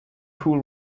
pool